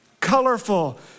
colorful